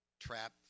trap